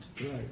Right